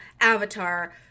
avatar